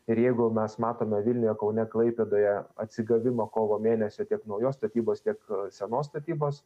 ir jeigu mes matome vilniuje kaune klaipėdoje atsigavimą kovo mėnesio tiek naujos statybos tiek senos statybos